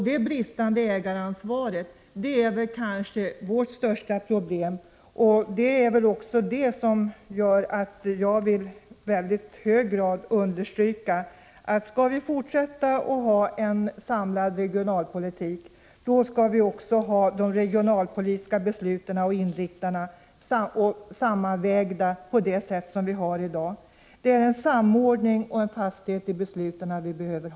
Det bristande ägaransvaret är kanske vårt största problem, och det gör att jag i hög grad vill understryka, att om regionalpolitiken även i fortsättningen skall vara samlad skall också de regionalpolitiska besluten och inriktningarna sammanvägas på det sätt som sker i dag. Det är samordning och fasthet i besluten som behövs.